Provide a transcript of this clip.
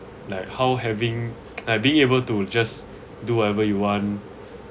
like how having like being able to just do whatever you want